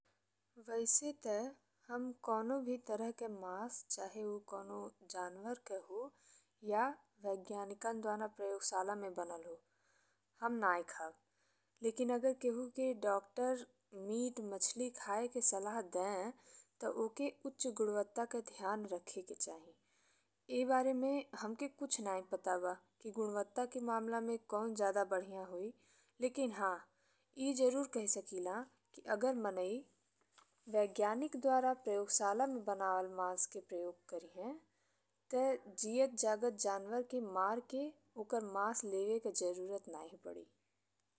वैसे ते हम कवनो भी तरह के मांस चाहे ऊ जानवर के हो या वैज्ञानिकन द्वारा प्रयोगशाला में बनल हो। हम नाही खाब, लेकिन अगर केहू के डॉक्टर मीट मशीन खाये के सलाह दे ते ओकर उच्च गुणवत्ता के ध्यान रखे के चाही। ए बारे में हमके कुछ नाही पता बा कि गुणवत्ता के मामा में कउँ जादा बढ़िया होई, लेकिन हाँ ई जरूर कही सकिला कि अगर माने वैज्ञानिक द्वारा प्रयोगशाला में बनावल मांस के प्रयोग करीहे। ते जियत जागत जानवर के मार के ओकर मांस लेवे के जरूरत नाही पड़ी।